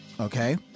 okay